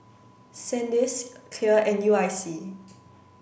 Sandisk Clear and U I C